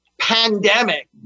pandemic